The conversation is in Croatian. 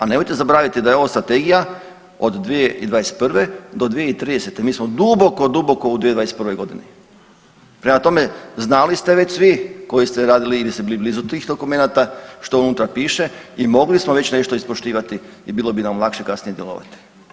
A nemojte zaboraviti da je ovo strategija od 2021.-2030., mi smo duboko, duboko u 2021.g. Prema tome, znali ste već svi koji ste radili ili ste bili blizu tih dokumenta što unutra piše i mogli smo već nešto ispoštivati i bilo bi nam lakše kasnije djelovati.